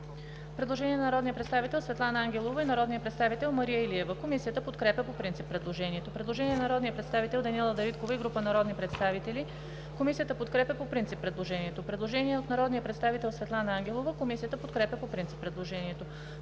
Предложение на народния представител Даниела Дариткова и група народни представители. Комисията подкрепя по принцип предложението. Предложение от народния представител Светлана Ангелова. Комисията подкрепя по принцип предложението.